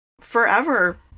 forever